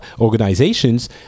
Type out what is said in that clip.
organizations